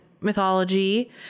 mythology